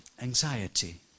anxiety